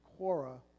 quora